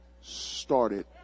started